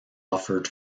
offered